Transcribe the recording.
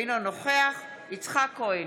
אינו נוכח יצחק כהן,